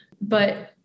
but-